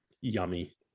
yummy